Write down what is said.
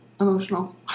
emotional